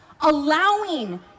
allowing